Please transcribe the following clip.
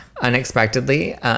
unexpectedly